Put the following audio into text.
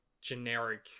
generic